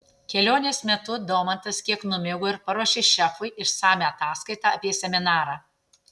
kelionės metu daumantas kiek numigo ir paruošė šefui išsamią ataskaitą apie seminarą